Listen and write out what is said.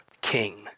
King